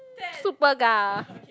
Superga